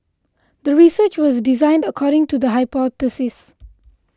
the research was designed according to the hypothesis